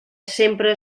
sempre